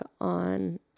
on